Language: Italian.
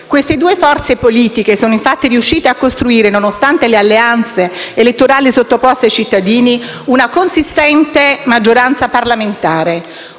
Queste due forze politiche sono infatti riuscite a costruire, nonostante le alleanze elettorali sottoposte ai cittadini, una consistente maggioranza parlamentare,